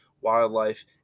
wildlife